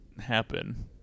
happen